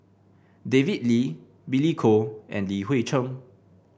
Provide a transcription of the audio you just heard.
David Lee Billy Koh and Li Hui Cheng